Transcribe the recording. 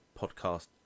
podcast